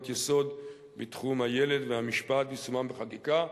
יסוד בתחום הילד והמשפט ויישומם בחקיקה,